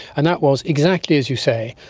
and that was, exactly as you say,